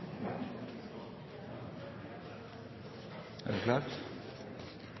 er det klart